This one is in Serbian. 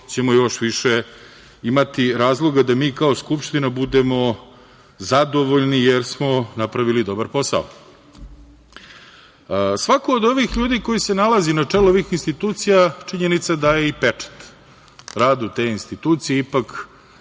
ćemo još više imati razloga da mi kao Skupština budemo zadovoljni, jer smo napravili dobar posao. Svako od ovih ljudi koji se nalazi na čelu ovih institucija, činjenica je daje i pečat radu te institucije, jer